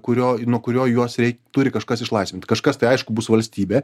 kurio nuo kurio juos reik turi kažkas išlaisvinti kažkas tai aišku bus valstybė